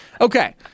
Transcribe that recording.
Okay